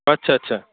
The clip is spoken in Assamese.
আচ্ছা আচ্ছা